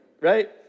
right